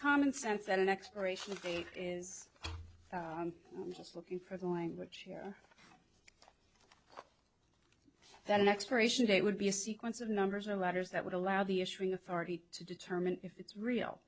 common sense that an expiration date is just looking for the language here then an expiration date would be a sequence of numbers or letters that would allow the issuing authority to determine if it's real